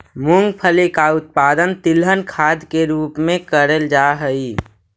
मूंगफली का उत्पादन तिलहन खाद के रूप में करेल जा हई